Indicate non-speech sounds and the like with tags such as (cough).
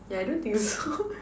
yeah I don't think so (laughs)